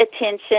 attention